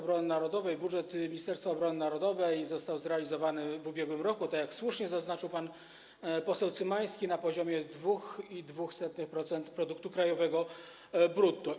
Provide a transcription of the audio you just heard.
Budżet Ministerstwa Obrony Narodowej został zrealizowany w ubiegłym roku, tak jak słusznie zaznaczył pan poseł Cymański, na poziomie 2,02% produktu krajowego brutto.